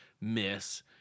miss